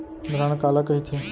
धरण काला कहिथे?